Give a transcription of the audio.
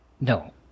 No